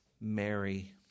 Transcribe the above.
Mary